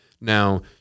Now